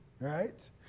right